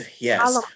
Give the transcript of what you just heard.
yes